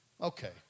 Okay